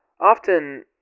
Often